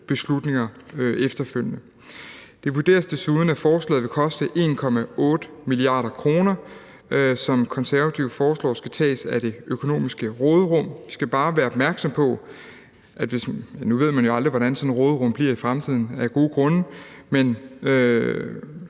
beslutninger. Det vurderes desuden, at forslaget vil koste 1,8 mia. kr., som Konservative foreslår skal tages af det økonomiske råderum. Vi skal bare være opmærksomme på – nu ved man jo af gode grunde aldrig, hvordan sådan et råderum bliver i fremtiden – at hvis vi